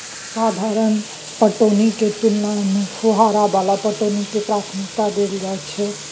साधारण पटौनी के तुलना में फुहारा वाला पटौनी के प्राथमिकता दैल जाय हय